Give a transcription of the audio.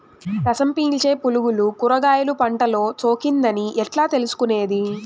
రసం పీల్చే పులుగులు కూరగాయలు పంటలో సోకింది అని ఎట్లా తెలుసుకునేది?